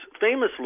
famously